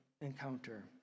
encounter